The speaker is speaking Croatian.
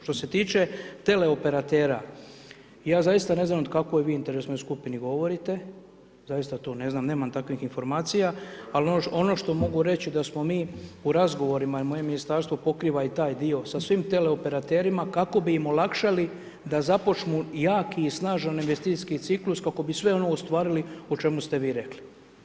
Što se tiče teleoperatera ja zaista ne znam o kakvoj vi interesnoj skupini govorite, zaista to ne znam, nemam takvih informacija, ali ono što mogu reći da smo mi u razgovorima i moje ministarstvo pokriva i taj dio sa svim teleoperaterima kako bi im olakšali da započnu jaki i snažan investicijski ciklus, kako bi sve ono ostvarili o čemu ste vi rekli.